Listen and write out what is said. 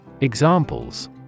Examples